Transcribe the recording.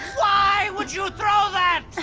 why would you throw that?